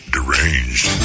Deranged